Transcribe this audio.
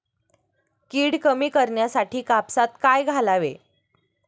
कीड कमी करण्यासाठी कापसात काय घालावे?